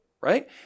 right